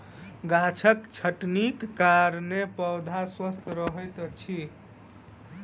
गाछक छटनीक कारणेँ पौधा स्वस्थ रहैत अछि